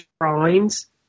drawings